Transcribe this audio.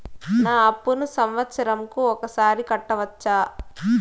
నా అప్పును సంవత్సరంకు ఒకసారి కట్టవచ్చా?